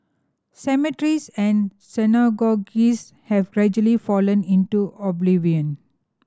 cemeteries and synagogues have gradually fallen into oblivion